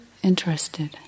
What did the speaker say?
Interested